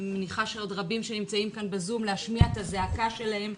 מניחה שעוד רבים שנמצאים כאן ב-זום להשמיע את הזעקה שלהם,